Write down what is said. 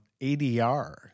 ADR